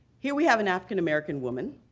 here we have an african-american woman,